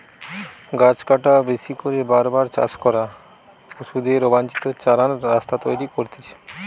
গাছ কাটা, বেশি করে বার বার চাষ করা, পশুদের অবাঞ্চিত চরান রাস্তা তৈরী করতিছে